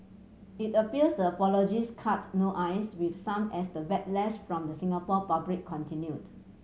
it appears the apologies cut no ice with some as the backlash from the Singapore public continued